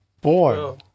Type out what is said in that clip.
Boy